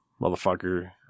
motherfucker